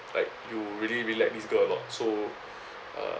like you really really like this girl a lot so uh